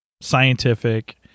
scientific